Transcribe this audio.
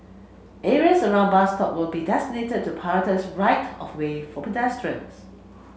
areas around bus stop will be designated to prioritise right of way for pedestrians